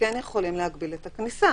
כן יכולים להגביל את הכניסה